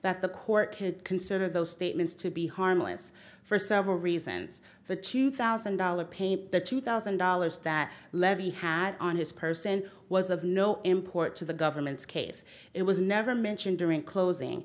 that the court could consider those statements to be harmless for several reasons the two thousand dollars paid the two thousand dollars that levy had on his person was of no import to the government's case it was never mentioned during closing